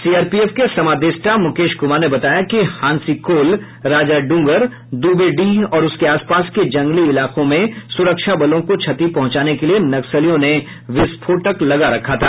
CRPF के समादेष्टा मुकेश कुमार ने बताया कि हांसीकोल राजा डूंगर दुबेडीह और उसके आसपास के जंगली इलाके में सुरक्षा बलों को क्षति पहुंचाने के लिए नक्सलियों ने विस्फोटक लगा रखा था